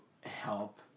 help